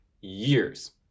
years